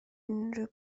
unrhyw